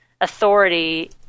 authority